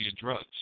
drugs